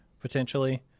potentially